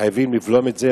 חייבים לבלום את זה.